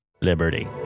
liberty